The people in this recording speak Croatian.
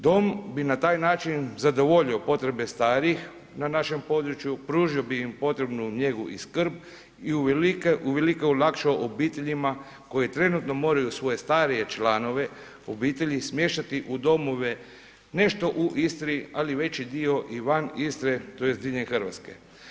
Dom bi na taj način zadovoljio potrebe starijih na našem području, pružio bi im potrebnu njegu i skrb i uvelike olakšao obiteljima koje trenutno moraju svoje starije članove obitelji smještati u domove, nešto u Istri, ali veći dio i van Istre, tj. diljem Hrvatske.